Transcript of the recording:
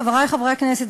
חברי חברי הכנסת,